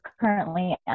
currently